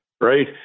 right